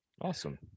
Awesome